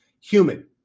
human